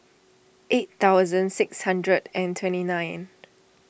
eight thousand six hundred and twenty nine